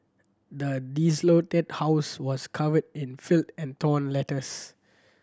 the desolated house was covered in filth and torn letters